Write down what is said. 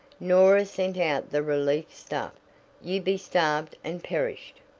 norah sent out the relief stuff you be starved and perished.